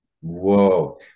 whoa